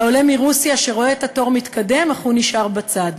העולה מרוסיה שרואה את התור מתקדם אך הוא נשאר בצד,